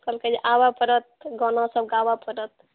कहलकै जे आबऽ पड़त गाना सभ गाबऽ पड़त